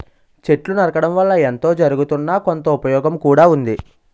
చెట్లు నరకడం వల్ల ఎంతో జరగుతున్నా, కొంత ఉపయోగం కూడా ఉంది